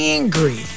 angry